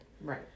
right